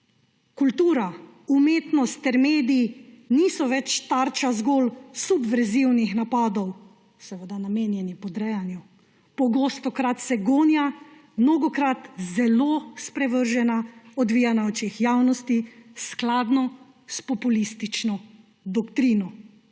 Kultura, umetnost ter mediji niso več tarča zgolj subverzivnih napadov, seveda namenjenih podrejanju. Pogostokrat se gonja, mnogokrat zelo sprevržena, odvija na očeh javnosti, skladno s populistično doktrino,